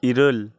ᱤᱨᱟᱹᱞ